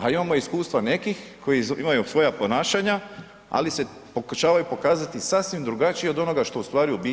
A imamo iskustva nekih koji imaju svoja ponašanja ali se pokušavaju pokazati sasvim drugačije od onoga što ustvari u biti jesu.